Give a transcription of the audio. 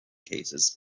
cases